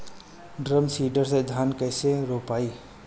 Drum seeder से धान कैसे रोपाई?